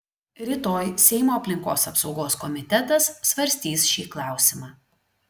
rytoj seimo aplinkos apsaugos komitetas svarstys šį klausimą